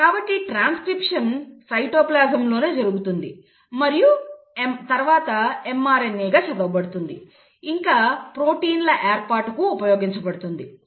కాబట్టి ట్రాన్స్క్రిప్షన్ సైటోప్లాజంలోనే జరుగుతుంది మరియు తర్వాత mRNA చదవబడుతుంది ఇంకా ప్రోటీన్ల ఏర్పాటుకు ఉపయోగించబడుతుంది